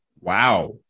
wow